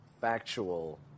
factual